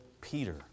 Peter